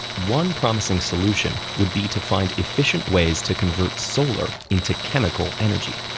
one promising solution would be to find efficient ways to convert solar into chemical energy.